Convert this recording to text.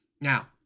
Now